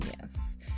yes